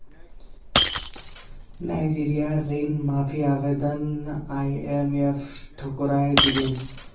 नाइजीरियार ऋण माफी आवेदन आईएमएफ ठुकरइ दिले